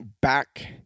back